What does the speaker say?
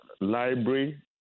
Library